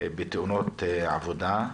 בתאונות עבודה.